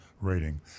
rating